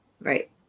Right